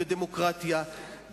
לכן גם